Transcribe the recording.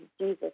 Jesus